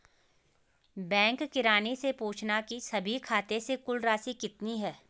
bank किरानी से पूछना की सभी खाते से कुल राशि कितनी है